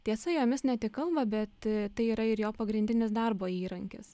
tiesa jomis ne tik kalba bet tai yra ir jo pagrindinis darbo įrankis